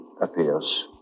appears